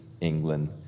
England